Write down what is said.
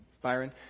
Byron